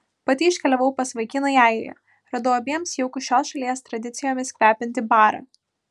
pati iškeliavau pas vaikiną į airiją radau abiems jaukų šios šalies tradicijomis kvepiantį barą